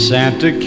Santa